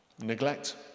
neglect